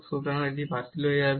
সুতরাং এটি বাতিল হয়ে যাবে